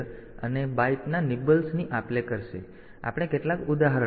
તેથી આપણે કેટલાક ઉદાહરણ જોઈશું